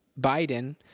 Biden